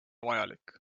vajalik